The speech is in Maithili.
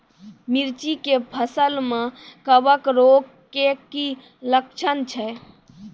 मिर्ची के फसल मे कवक रोग के की लक्छण छै?